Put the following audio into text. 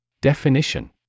Definition